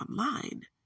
online